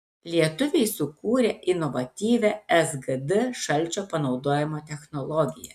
lietuviai sukūrė inovatyvią sgd šalčio panaudojimo technologiją